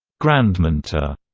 grandmentor